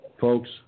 Folks